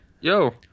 Yo